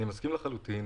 אני מסכים לחלוטין.